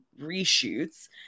reshoots